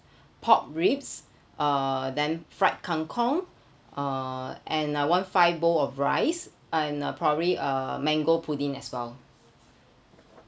pork ribs uh then fried kang kong uh and I want five bowl of rice and uh probably a mango pudding as well